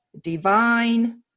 divine